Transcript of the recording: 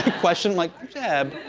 question like, jeb?